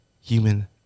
human